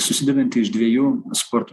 susidedanti iš dviejų sporto